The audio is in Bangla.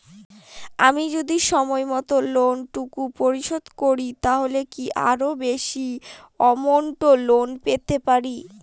আমি যদি সময় মত লোন টুকু পরিশোধ করি তাহলে কি আরো বেশি আমৌন্ট লোন পেতে পাড়ি?